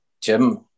Jim